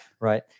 Right